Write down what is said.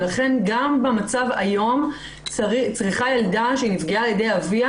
לכן גם במצב היום צריכה ילדה שנפגעה על ידי אביה